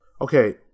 Okay